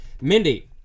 Mindy